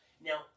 Now